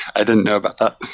i didn't know about that.